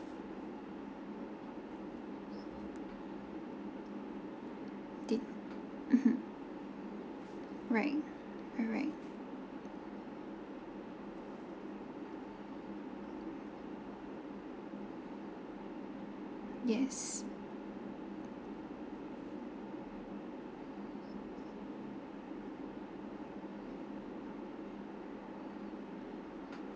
did mmhmm right alright yes